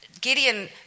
Gideon